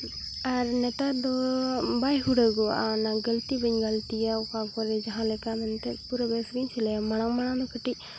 ᱟᱨ ᱱᱮᱛᱟᱨ ᱫᱚ ᱵᱟᱭ ᱦᱩᱲᱟᱹᱜᱚᱜᱼᱟ ᱦᱩᱱᱟᱹᱜ ᱜᱟᱹᱞᱛᱤ ᱵᱟᱹᱧ ᱜᱟᱹᱞᱛᱤᱭᱟ ᱚᱠᱟ ᱠᱚᱨᱮ ᱡᱟᱦᱟᱸ ᱞᱮᱠᱟ ᱮᱱᱛᱮ ᱯᱩᱨᱟᱹ ᱵᱮᱥ ᱜᱮᱧ ᱥᱤᱞᱟᱹᱭᱟ ᱢᱟᱲᱟᱝ ᱢᱟᱲᱟᱝ ᱠᱟᱹᱴᱤᱡ